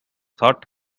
thought